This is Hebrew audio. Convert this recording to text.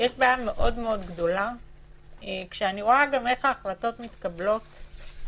יש לי בעיה גדולה מאוד כשאני רואה איך ההחלטות מתקבלות בממשלה.